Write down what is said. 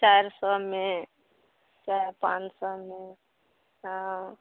चारि सओमे चाहे पाँच सओमे हँ